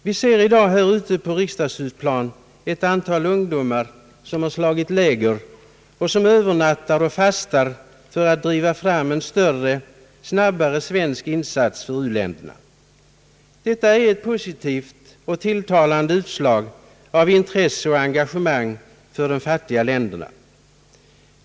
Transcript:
Vi ser i dag här ute på riksdagshusplanen ett antal ungdomar som har slagit läger, vilka övernattar och fastar för att driva fram en större, snabbare svensk insats för u-länderna. Detta är ett positivt, tilltalande utslag av intresse och engagemang för de fattiga länderna.